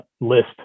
list